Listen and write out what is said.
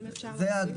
אם אפשר להוסיף